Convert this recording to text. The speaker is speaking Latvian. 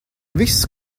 viss